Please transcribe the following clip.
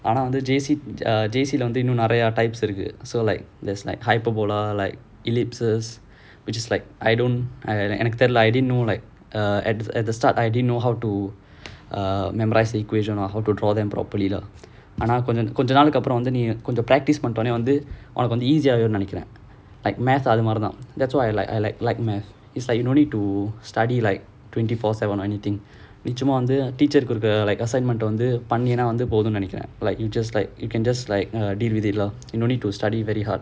ஆனா வந்து:aanaa vanthu the J_C uh J_C வந்து இன்னும் நெறய இருக்கு:vanthu innum nerayaa irukku so like there's like hyperbola like eclipses which is like I don't I எனக்கு தெரில:ennakku terila I didn't know like uh at at the start I didn't know how to err memorise the equation or how to draw them properly lah ஆனா கொஞ்ச நாளைக்கு அப்புறம் கொஞ்சோ உனக்கு வந்து உனக்கு:aanaa konjanaalaikku appuram konjo unnakku vanthu unnakku easy ஆயிடும் நெனைக்கிறேன்:aayidum nenaikkiraen like math அந்த மாறி தான்:antha maari thaan that's why I like I like like mathematics it's like you don't need to study like twenty four seven or anything நீ சும்மா வந்து:nee chumma vanthu teacher குடுக்குற:kudukkura assignment வந்து பண்ணின போதும் நெனைக்கிறேன்:vanthu pannina pothum nenaikkiraen like you just like you can just like uh deal with it lor you don't need to study very hard